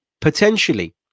potentially